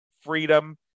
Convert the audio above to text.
freedom